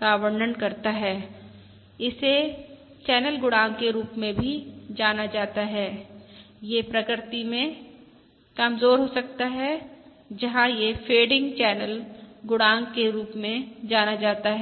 का वर्णन करता है इसे चैनल गुणांक के रूप में जाना जाता है यह प्रकृति में फेडिंग हो सकता है जहां यह फेडिंग चैनल गुणांक के रूप में जाना जाता है